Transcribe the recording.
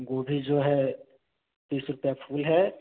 गोभी जो है तीस रुपये फूल है